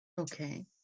Okay